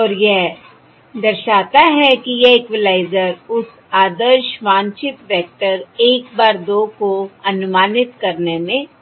और यह दर्शाता है कि यह इक्वलाइज़र उस आदर्श वांछित वेक्टर 1 bar 2 को अनुमानित करने में सक्षम है